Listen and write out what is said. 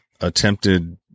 attempted